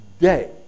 day